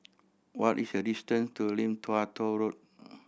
what is the distance to Lim Tua Tow Road